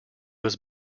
was